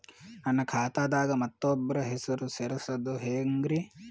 ನನ್ನ ಖಾತಾ ದಾಗ ಮತ್ತೋಬ್ರ ಹೆಸರು ಸೆರಸದು ಹೆಂಗ್ರಿ?